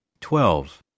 twelve